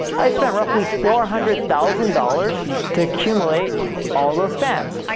i spent roughly four hundred thousand dollars to accumulate all those fans.